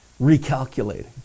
recalculating